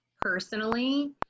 personally